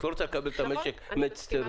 את לא רוצה לקבל את המשק מת סטרילי.